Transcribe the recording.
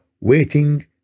waiting